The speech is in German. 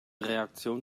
reaktion